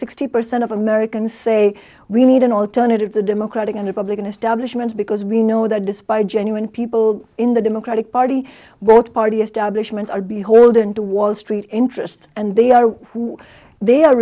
sixty percent of americans say we need an alternative the democratic and republican establishment because we know that despite genuine people in the democratic party both party establishments are beholden to wall street interest and they are who they are